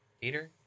Peter